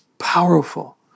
powerful